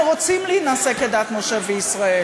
הם רוצים להינשא כדת משה וישראל,